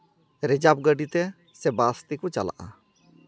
ᱨᱮᱡᱟᱵᱽ ᱜᱟᱹᱰᱤ ᱛᱮ ᱥᱮ ᱵᱟᱥ ᱛᱮᱠᱚ ᱪᱟᱞᱟᱜᱼᱟ